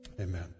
amen